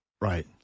Right